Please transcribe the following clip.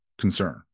concern